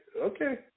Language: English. Okay